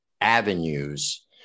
avenues